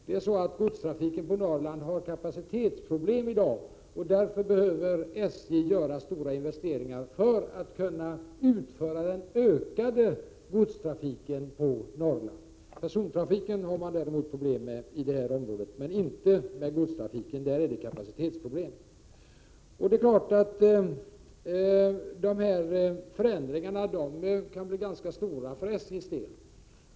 Det är så att godstrafiken på Norrland har kapacitetsproblem i dag, och därför behöver SJ göra stora investeringar för att kunna utföra den ökade godstrafiken på Norrland. Persontrafiken har man problem med i det här området, men inte med godstrafiken — där är det som sagt kapacitetsproblem. Det är klart att de här förändringarna kan bli ganska stora för SJ:s del.